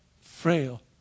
frail